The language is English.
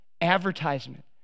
advertisement